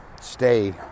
stay